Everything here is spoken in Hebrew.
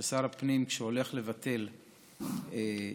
שכששר הפנים הולך לבטל תושבות